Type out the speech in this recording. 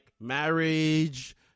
marriage